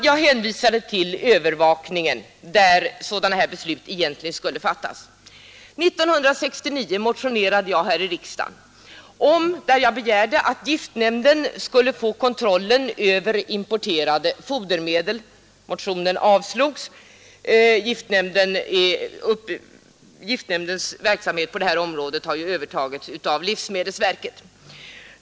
Jag hänvisar till övervakningen, där sådana här beslut egentligen skulle fattas. 1969 motionerade jag här i riksdagen och begärde att giftnämnden skulle få kontrollen över importerade fodermedel. Motionen avslogs. Giftnämndens verksamhet på detta område har ju övertagits av livsmedelsverket.